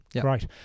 Great